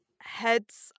heads